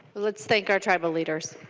let's think our tribal leaders.